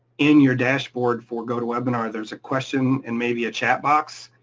in your dashboard for gotowebinar, there's a question and maybe a chat box,